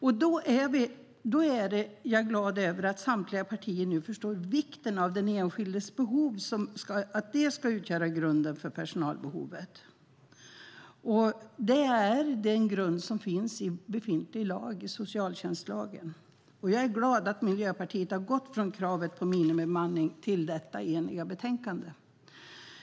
Jag är glad över att samtliga partier nu förstår vikten av att den enskildes behov ska utgöra grunden för personalbehovet. Det är den grund som finns i befintlig lag, i socialtjänstlagen. Jag är glad över att Miljöpartiet har gått från kravet på minimibemanning till detta eniga betänkande.